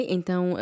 Então